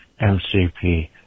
MCP